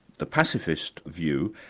the pacifist view,